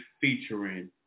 featuring